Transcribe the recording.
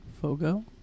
Fogo